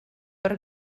per